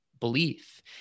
belief